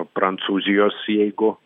prancūzijos jeigu